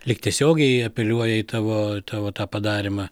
lyg tiesiogiai apeliuoja į tavo tavo tą padarymą